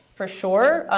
for sure.